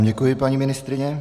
Děkuji vám, paní ministryně.